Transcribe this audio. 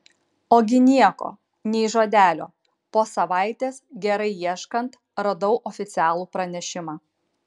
ogi nieko nei žodelio po savaitės gerai ieškant radau oficialų pranešimą